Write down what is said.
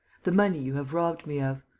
the money you have robbed me of!